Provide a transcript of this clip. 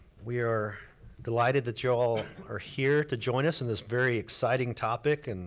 we are delighted that y'all are here to join us in this very exciting topic, and